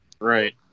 Right